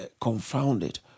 confounded